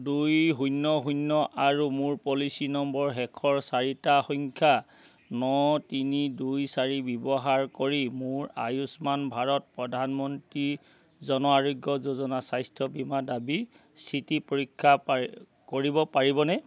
দুই শূন্য শূন্য আৰু মোৰ পলিচি নম্বৰৰ শেষৰ চাৰিটা সংখ্যা ন তিনি দুই চাৰি ব্যৱহাৰ কৰি মোৰ আয়ুষ্মান ভাৰত প্ৰধানমন্ত্ৰী জন আৰোগ্য যোজনা স্বাস্থ্য বীমা দাবীৰ স্থিতি পৰীক্ষা পাৰি কৰিব পাৰিবনে